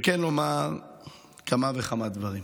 וכן לומר כמה וכמה דברים